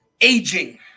aging